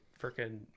freaking